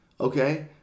okay